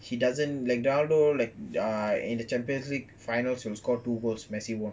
he doesn't ronaldo ah in the champion league finals will score two goals messi won't